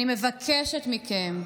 אני מבקשת מכם,